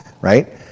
right